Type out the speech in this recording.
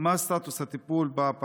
3. מה סטטוס הטיפול בפרשה?